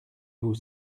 vous